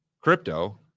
crypto